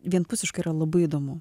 vienpusiška yra labai įdomu